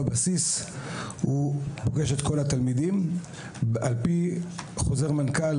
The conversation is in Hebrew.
בבסיס הוא פוגש את כל התלמידים על-פי חוזר מנכ"ל